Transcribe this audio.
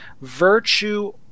virtue